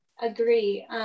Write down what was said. agree